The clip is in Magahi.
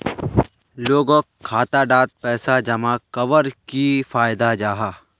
लोगोक खाता डात पैसा जमा कवर की फायदा जाहा?